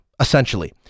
Essentially